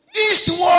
eastward